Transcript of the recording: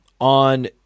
on